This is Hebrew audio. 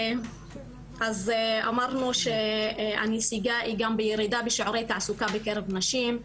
אז אמרנו שהנסיגה היא גם בירידה בשיעורי תעסוקה בקרב נשים,